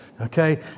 Okay